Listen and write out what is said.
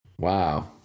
Wow